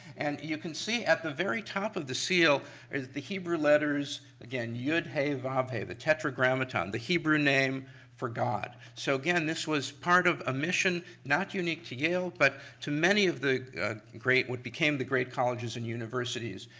and you can see at the very top of the seal is the hebrew letters, again, yud-hey-vav-hey, the tetragrammaton, the hebrew name for god. so again, this was part of a mission not unique to yale but to many of the great, what became the great colleges and universities.